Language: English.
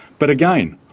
but again,